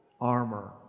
armor